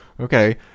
okay